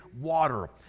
water